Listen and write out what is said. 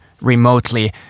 remotely